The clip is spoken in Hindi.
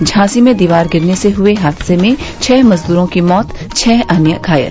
झांसी में दीवार गिरने से हुये हादसे में छः मजदूरों की मौत छः अन्य घायल